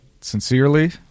sincerely